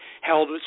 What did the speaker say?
held